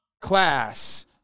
class